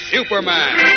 Superman